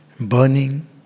burning